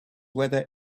whether